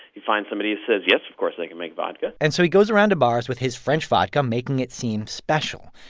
he finds somebody who says, yes, of course, i can make vodka and so he goes around to bars with his french vodka making it seem special.